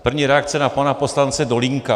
První reakce na pana poslance Dolínka.